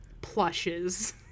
plushes